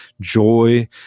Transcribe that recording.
joy